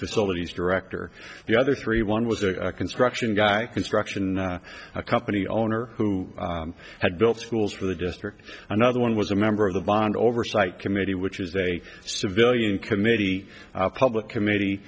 facilities director the other three one was a construction guy construction company owner who had built schools for the district another one was a member of the bond oversight committee which is a civilian committee a public committee